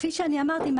כפי שאמרתי,